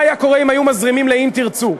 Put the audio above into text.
מה היה קורה אם היו מזרימים ל"אם תרצו"?